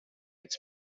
its